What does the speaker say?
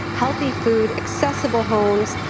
healthy food, accessible homes,